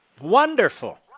Wonderful